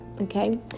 okay